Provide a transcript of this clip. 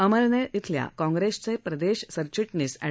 अमळनेर अल्या काँग्रेसचे प्रदेश सरचिटणीस अँड